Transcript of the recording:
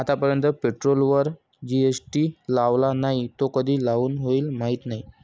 आतापर्यंत पेट्रोलवर जी.एस.टी लावला नाही, तो कधी लागू होईल माहीत नाही